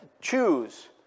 choose